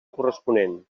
corresponent